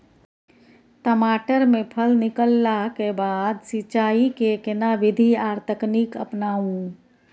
टमाटर में फल निकलला के बाद सिंचाई के केना विधी आर तकनीक अपनाऊ?